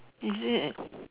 is it